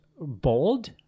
bold